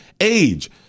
Age